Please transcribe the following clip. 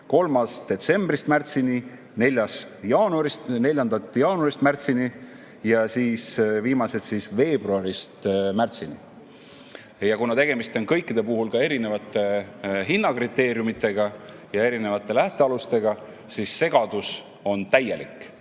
kolmas detsembrist märtsini, neljas jaanuarist märtsini ja viimased veebruarist märtsini. Kuna tegemist on kõikide puhul ka erinevate hinnakriteeriumidega ja erinevate lähtealustega, siis on segadus täielik.